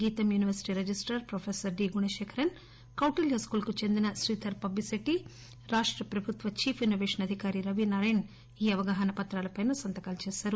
గీతం university registrar professor D Gunasekaran Kautilya school కి చెందిన శ్రీధర్ పబ్లిసిటీ రాష్ట ప్రభుత్వ చీఫ్ ఇన్నోపేషన్ అధికారి రవి నారాయణ్ ఈ అవగాహన పత్రాలపై సంతకాలు చేశారు